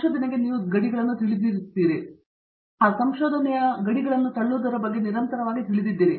ಸಂಶೋಧನೆಗೆ ನೀವು ಗಡಿಗಳನ್ನು ತಿಳಿದಿರುತ್ತೀರಿ ಮತ್ತು ಸಂಶೋಧನೆಯು ಆ ಗಡಿಗಳನ್ನು ತಳ್ಳುವುದರ ಬಗ್ಗೆ ನಿರಂತರವಾಗಿ ತಿಳಿದಿದೆ